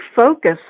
focus